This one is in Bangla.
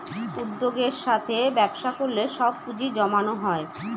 উদ্যোগের সাথে ব্যবসা করলে সব পুজিঁ জমানো হয়